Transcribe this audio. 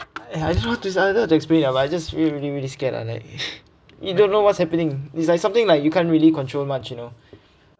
I just want to I don't know how to explain ah but I just really really scared ah like eh you don't know what's happening is like something like you can't really control much you know